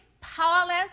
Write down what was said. powerless